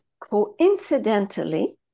coincidentally